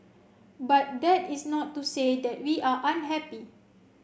but that is not to say that we are unhappy